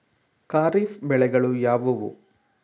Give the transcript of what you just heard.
ಖಾರಿಫ್ ಬೆಳೆಗಳು ಯಾವುವು?